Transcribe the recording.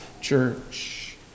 church